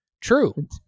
True